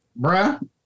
Bruh